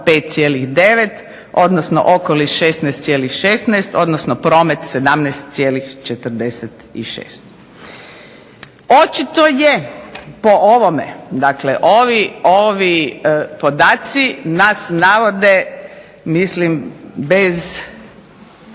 5,9, odnosno okoliš 16,16 odnosno promet 17,46. Očito je po ovome ovi podaci nas navode, mislim, bez